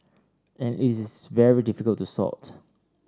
and it is very difficult to sort